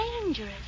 dangerous